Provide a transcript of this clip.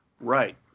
Right